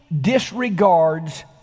disregards